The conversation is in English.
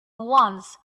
once